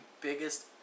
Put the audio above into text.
biggest